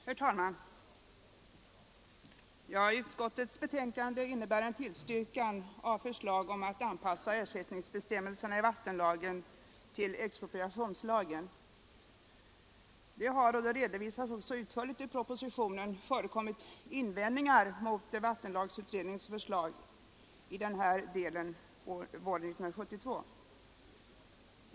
Herr talman! Utskottets betänkande innebär en tillstyrkan av förslaget om att anpassa ersättningsbestämmelserna i vattenlagen till expropriationslagens. Det har, såsom utförligt redovisas i propositionen, förekommit invändningar mot vattenlagsutredningens förslag i den här delen på våren 1972.